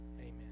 Amen